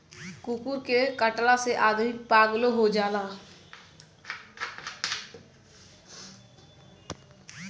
कुकूर के कटला से आदमी पागलो हो जाला